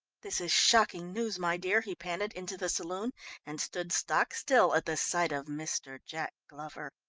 this is shocking news, my dear, he panted into the saloon and stood stock still at the sight of mr. jack glover.